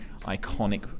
iconic